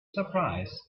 surprise